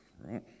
right